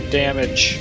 damage